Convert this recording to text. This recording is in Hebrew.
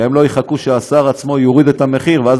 שהם לא יחכו שהשר עצמו יוריד את המחיר ואז